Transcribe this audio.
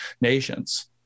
nations